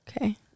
Okay